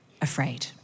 afraid